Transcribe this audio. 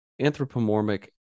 anthropomorphic